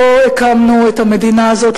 לא הקמנו את המדינה הזאת,